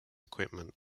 equipment